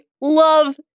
love